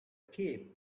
cape